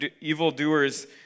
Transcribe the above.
evildoers